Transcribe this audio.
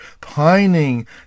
pining